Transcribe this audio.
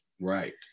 Right